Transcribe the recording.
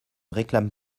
réclame